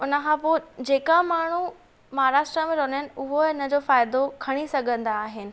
हुन खां पोइ जेका माण्हू महाराष्ट्र में रहंदा आहिनि उहो हिन जो फ़ाइदो खणी सघंदा आहिनि